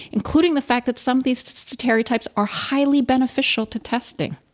including the fact that some of these stereotypes are highly beneficial to testing,